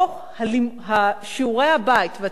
שיעורי הבית והתרגול היו בכיתה,